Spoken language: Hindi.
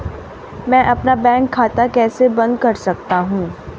मैं अपना बैंक खाता कैसे बंद कर सकता हूँ?